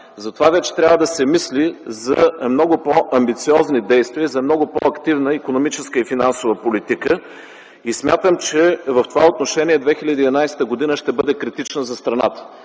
Затова вече трябва да се мисли за много по-амбициозни действия, за много по-активна икономическа и финансова политика. Смятам, че в това отношение 2011 г. ще бъде критична за страната.